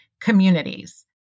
communities